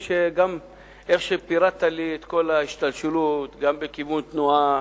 איך שפירטת לי את כל ההשתלשלות גם בכיוון תנועה,